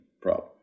problem